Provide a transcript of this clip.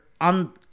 on